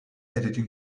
editing